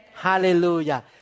Hallelujah